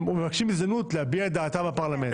מבקשים הזדמנות להביע את דעתם בפרלמנט.